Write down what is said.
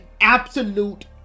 absolute